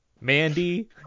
Mandy